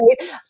right